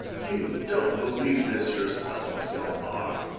you don't believe this yourself, hjalmar.